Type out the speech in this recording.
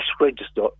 register